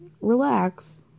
relax